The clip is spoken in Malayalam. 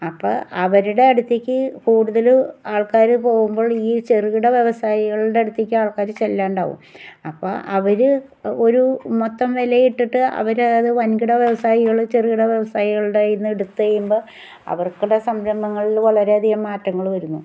അപ്പം അവരുടെ അടുത്തേക്ക് കൂടുതൽ ആൾക്കാര് പോകുമ്പോൾ ഈ ചെറുകിട വ്യ വസായികളുടെ അടുത്തേക്ക് ആൾക്കാര് ചെല്ലാണ്ടാവും അപ്പം അവര് ഒരു മൊത്തം വില ഇട്ടിട്ട് അവരത് വൻ കിട വ്യവസായികള് ചെറ്കിട വ്യവസായികളുടെ കയ്യിൽ നിന്ന് എടുത്ത് കഴിയുമ്പം അവർക്ക് അവിടെ സംരംഭങ്ങൾള് വളരെയധികം മാറ്റങ്ങള് വരുന്നു